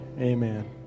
Amen